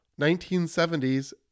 1970s